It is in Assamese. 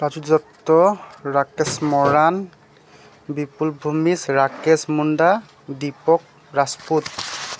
ৰাজু দত্ত ৰাকেশ মৰাণ বিপুল ভূমিজ ৰাকেশ মুণ্ডা দীপক ৰাজপুত